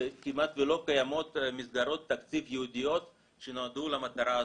כמעט ולא קיימות מסגרות תקציב ייעודיות שנועדו למטרה הזאת,